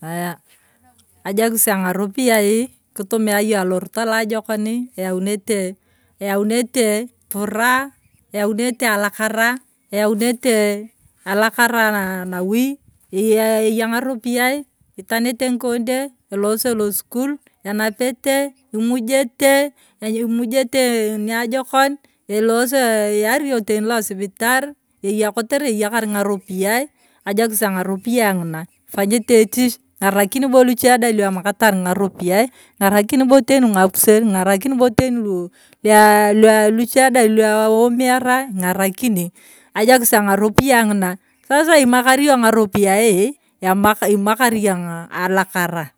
Aya, ajokisi ang’aropiyai kitumia ong’o alorot aloajokoni eyaunete, eyaunete puraha, eyaunete alakara, eyaunete alakara anawui ee eya ng’aropiyae itainete ng’ikon de, elose losokul enapete, imujete, imujeta niajokon elosee iyari yong teni losibitar eya ketere iyakan ng’aropiyae ajokis ang’aropiyae ng’ina, ipanyete etish, lakini bo luchie dai luemakaitor ng’aropiyae ing’arakini boteni ng’apuseru, ing’araki beteni a lua lua luchie dai luemiara ing’arakini ajokis ang’aropiyae ng’ina. Sasa imakar yong ng’aropiyae imakari yong’o alakara